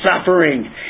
suffering